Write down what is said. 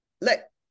let